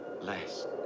last